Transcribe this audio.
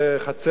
בחצר,